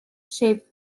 shaped